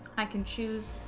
i can choose